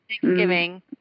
Thanksgiving